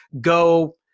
go